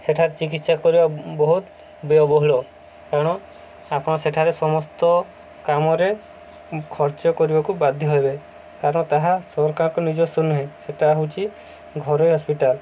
ସେଠାରେ ଚିକିତ୍ସା କରିବା ବହୁତ ବ୍ୟୟବହୁଳ କାରଣ ଆପଣ ସେଠାରେ ସମସ୍ତ କାମରେ ଖର୍ଚ୍ଚ କରିବାକୁ ବାଧ୍ୟ ହେବେ କାରଣ ତାହା ସରକାରଙ୍କ ନିଜସ୍ୱ ନୁହେଁ ସେଟା ହେଉଛି ଘରୋଇ ହସ୍ପିଟାଲ